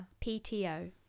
PTO